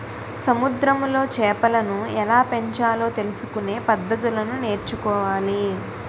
సముద్రములో చేపలను ఎలాపెంచాలో తెలుసుకొనే పద్దతులను నేర్చుకోవాలి